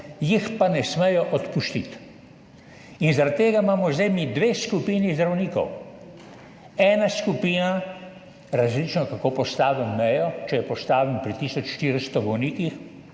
jih ne smejo odpustiti. Zaradi tega imamo zdaj mi dve skupini zdravnikov. Ena skupina različno, kako postavim mejo, če jo postavim pri tisoč 400 bolnikih,